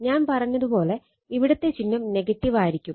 ഞാൻ പറഞ്ഞത് പോലെ ഇവിടത്തെ ചിഹ്നം നെഗറ്റീവായിരിക്കും